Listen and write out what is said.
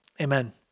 Amen